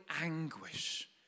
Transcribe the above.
anguish